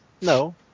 no